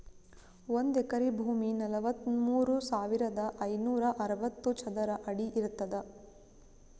ಒಂದ್ ಎಕರಿ ಭೂಮಿ ನಲವತ್ಮೂರು ಸಾವಿರದ ಐನೂರ ಅರವತ್ತು ಚದರ ಅಡಿ ಇರ್ತದ